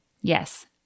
Yes